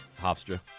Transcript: Hofstra